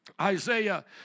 Isaiah